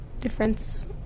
difference